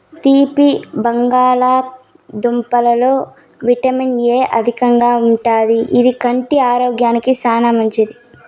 తీపి బంగాళదుంపలలో vitamin A అధికంగా ఉంటాది, ఇది కంటి ఆరోగ్యానికి చానా మంచిది